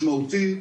משמעותי,